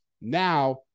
Now